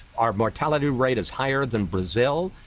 our mortality rate is higher than brazil,